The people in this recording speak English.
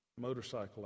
motorcycle